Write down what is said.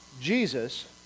Jesus